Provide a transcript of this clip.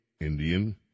Indian